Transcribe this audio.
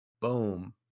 Boom